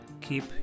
keep